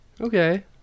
Okay